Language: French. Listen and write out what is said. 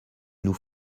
nous